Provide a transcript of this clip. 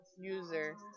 User